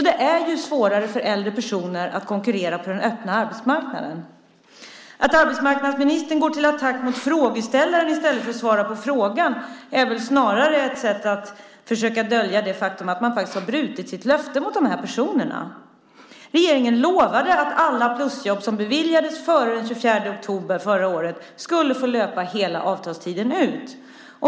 Det är svårare för äldre personer att konkurrera på den öppna arbetsmarknaden. Att arbetsmarknadsministern går till attack mot frågeställaren i stället för att svara på frågan är snarast ett sätt att försöka dölja det faktum att man har brutit sitt löfte till dessa personer. Regeringen lovade att alla plusjobb som beviljades före den 24 oktober förra året skulle få löpa hela avtalstiden ut.